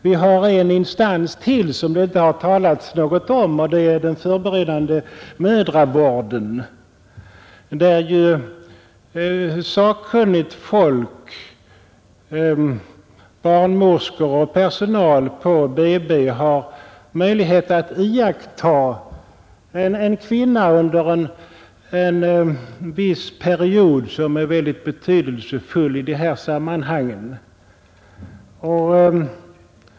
Vi har en instans till, som det inte har talats något om, och det är den förberedande mödravården, där ju sakkunnigt folk — barnmorskor och personal på BB — har möjlighet att iaktta en kvinna under en viss period som är väldigt betydelsefull i de här sammanhangen.